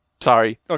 Sorry